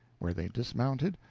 where they dismounted,